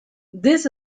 this